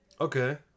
Okay